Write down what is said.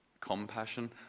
compassion